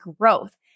growth